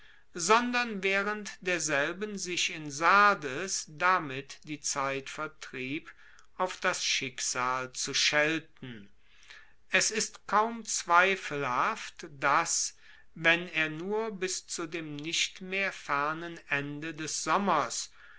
sondern waehrend derselben sich in sardes damit die zeit vertrieb auf das schicksal zu schelten es ist kaum zweifelhaft dass wenn er nur bis zu dem nicht mehr fernen ende des sommers